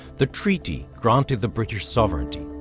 the treaty granted the british sovereignty,